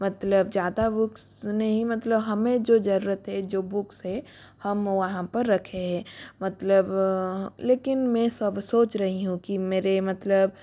मतलब ज़्यादा बुक्स नहीं मतलब हमें जो ज़रूरत है जो बुक्स है हम वहाँ पर रखे हैं मतलब लेकिन मैं सब सोच रही हूँ कि मेरे मतलब